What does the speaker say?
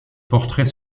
portraits